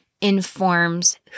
informs